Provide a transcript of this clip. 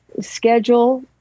schedule